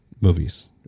movies